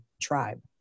tribe